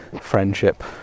friendship